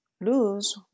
lose